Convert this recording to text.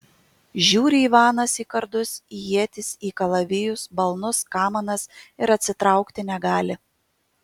žiūri ivanas į kardus į ietis į kalavijus balnus kamanas ir atsitraukti negali